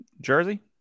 Jersey